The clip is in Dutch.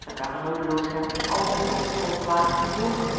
het ware noodeloos hem in al zijne kostschoolplagen te volgen